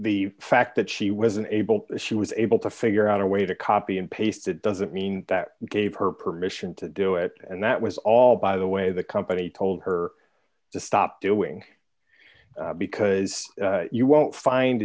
the fact that she was unable to she was able to figure out a way to copy and paste it doesn't mean that gave her permission to do it and that was all by the way the company told her to stop doing because you won't find